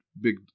big